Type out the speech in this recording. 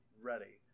ready